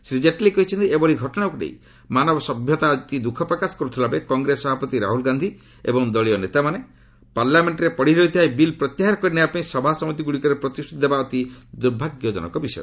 ସେ କହିଛନ୍ତି ଏଭଳି ଘଟଣାକୁ ନେଇ ମାନବ ସଭ୍ୟତା ଅତି ଦୁଃଖ ପ୍ରକାଶ କରୁଥିବାବେଳେ କଂଗ୍ରେସ ସଭାପତି ରାହୁଲ୍ ଗାନ୍ଧି ଏବଂ ଦଦଳୀୟ ନେତାମାନେ ପାର୍ଲାମେଣ୍ଟ୍ରେ ପଡ଼ିରହିଥିବା ଏହି ବିଲ୍ ପ୍ରତ୍ୟାହାର କରିନେବାପାଇଁ ସଭାସମିତିଗୁଡ଼ିକରେ ପ୍ରତିଶ୍ରତି ଦେବା ଅତି ଦୁର୍ଭାଗ୍ୟଜନକ ବିଷୟ